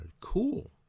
Cool